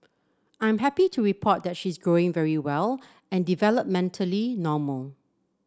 I'm happy to report that she's growing very well and developmentally normal